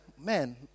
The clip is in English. man